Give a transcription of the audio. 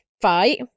fight